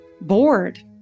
bored